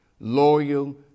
loyal